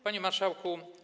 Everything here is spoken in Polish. Panie Marszałku!